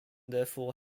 therefore